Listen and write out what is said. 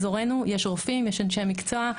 גם באזורנו יש רופאים ואנשי מקצוע.